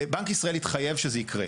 בנק ישראל התחייב שזה יקרה.